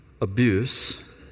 Abuse